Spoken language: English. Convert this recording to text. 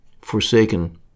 forsaken